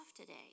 today